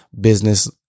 business